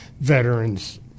veterans